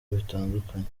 bitandukanye